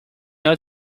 old